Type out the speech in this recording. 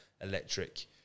electric